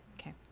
okay